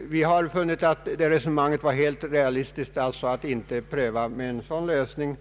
Vi har funnit att det var helt realistiskt att man inte skulle pröva en sådan lösning.